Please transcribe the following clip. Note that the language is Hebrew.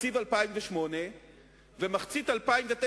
תקציב 2008 ומחצית 2009,